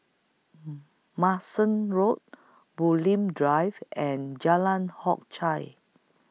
Manston Road Bulim Drive and Jalan Hock Chye